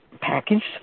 packaged